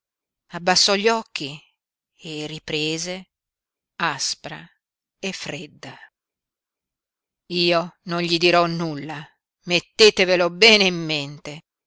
abbassò gli occhi e riprese aspra e fredda io non gli dirò nulla mettetevelo bene in mente